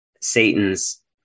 Satan's